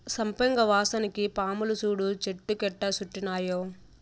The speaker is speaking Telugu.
సంపెంగ వాసనకి పాములు సూడు చెట్టు కెట్టా సుట్టినాయో